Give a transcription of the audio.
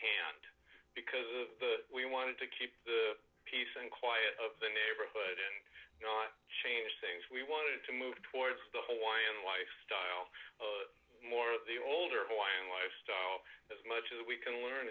because we wanted to keep the peace and quiet of the neighborhood and change things we wanted to move towards the hawaiian lifestyle more of the older hawaiian lifestyle as much as we can learn